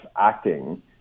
acting